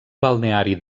balneari